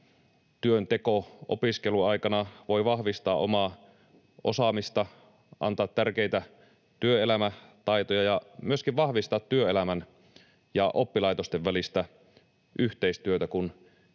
työnteko opiskeluaikana voi vahvistaa omaa osaamista, antaa tärkeitä työelämätaitoja ja myöskin vahvistaa työelämän ja oppilaitosten välistä yhteistyötä, kun tieto